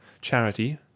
charity